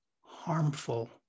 harmful